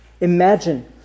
Imagine